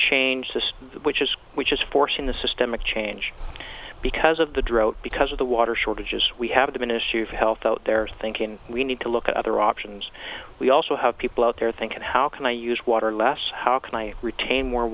change this which is which is forcing the systemic change because of the drought because of the water shortages we have an issue of health out there thinking we need to look at other options we also have people out there thinking how can i use water less how can i retain more